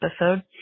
episode